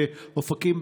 אופקים,